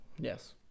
Yes